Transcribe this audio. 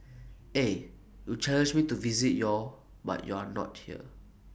eh you challenged me to visit your but you are not here